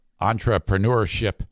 entrepreneurship